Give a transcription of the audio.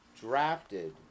Drafted